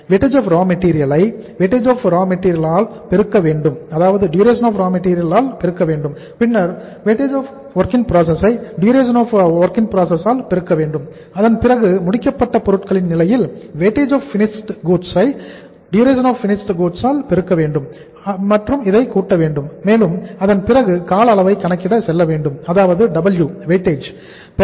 Wrm ஐ Drm ஆல் பெருக்க வேண்டும் பின்னர் Wwip ஐ Dwip ஆல் பெருக்க வேண்டும் அதன் பிறகு முடிக்கப்பட்ட பொருட்களின் நிலையில் Wfg ஐ Dfg ஆல் பெருக்கி இதை கூட்ட வேண்டும் மேலும் அதன் பிறகு கால அளவை கணக்கிட செல்லவேண்டும் அதாவது W